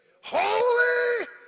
holy